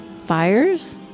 fires